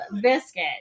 Biscuit